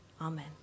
Amen